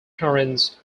parents